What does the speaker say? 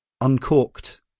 uncorked